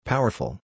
Powerful